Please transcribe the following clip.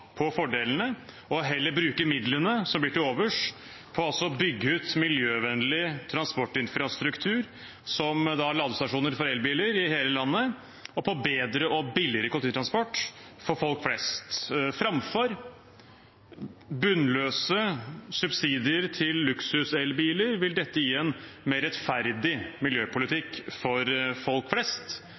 på fordelene og heller bruke midlene som blir til overs, på å bygge ut miljøvennlig transportinfrastruktur som ladestasjoner for elbiler i hele landet og bedre og billigere kollektivtransport for folk flest. Framfor bunnløse subsidier til luksus-elbiler vil dette gi en mer rettferdig miljøpolitikk for folk flest.